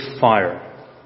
fire